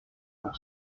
pour